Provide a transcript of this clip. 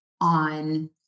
on